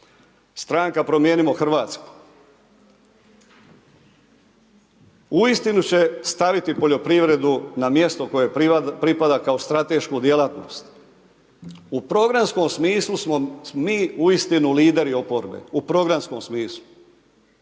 Stranka Promijenimo Hrvatsku uistinu će staviti poljoprivredu na mjesto koje joj pripada kao stratešku djelatnost. U programskom smislu smo mi uistinu lideri oporbe u programskom smislu.